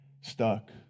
stuck